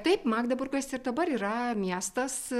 taip magdeburgas ir dabar yra miestas